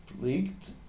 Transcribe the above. leaked